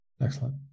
Excellent